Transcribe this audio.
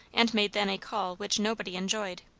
and made then a call which nobody enjoyed.